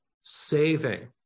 saving